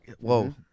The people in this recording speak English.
whoa